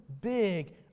big